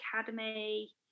Academy